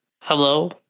hello